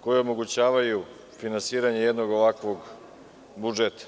koji omogućavaju finansiranje jednog ovakvog budžeta.